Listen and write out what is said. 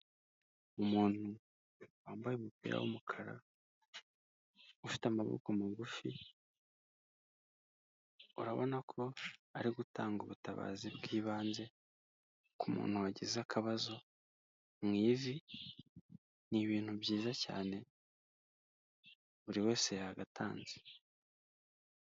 Umuntu wambaye umupira w'umukara ufite amaboko magufi urabona ko ari gutanga ubutabazi bw'ibanze ku muntu wagize akabazo mu ivi ni ibintu byiza cyane buri wese yagatanze.